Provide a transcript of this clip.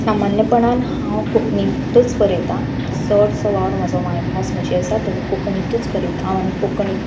आनी सामान्यपणान हांव कोंकणीतूच बरयता चडसो वावर म्हजो मायभास म्हजी आसा ताजी कोंकणीतूच बरयता हांव आनी कोंकणी